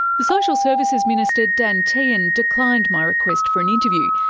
the social services minister dan tehan declined my request for an interview,